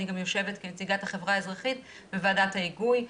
אני גם יושבת כנציגת החברה האזרחית בוועדת ההיגוי,